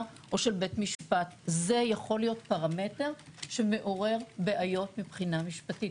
או של בית משפט זה יכול להיות פרמטר שמעורר בעיות מבחינה משפטית.